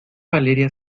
valeria